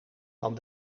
van